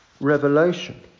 revelation